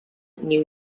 new